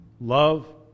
Love